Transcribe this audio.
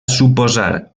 suposar